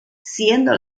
siendo